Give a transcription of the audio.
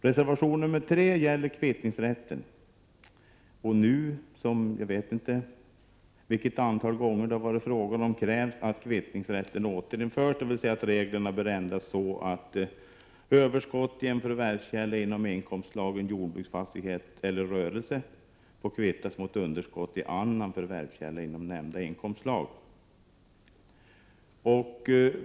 Reservation 3 gäller kvittningsrätten. Nu liksom tidigare — jag vet inte hur många gånger — krävs att kvittningsrätten återinförs, dvs. att reglerna ändras så, att överskott i en förvärvskälla inom inkomstslagen jordbruksfastighet eller rörelse får kvittas mot underskott i annan förvärvskälla inom nämnda inkomstslag.